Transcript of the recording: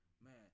Man